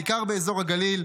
בעיקר באזור הגליל.